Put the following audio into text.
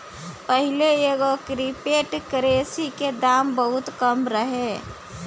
पाहिले एगो crypto currency के दाम बहुते कम रहे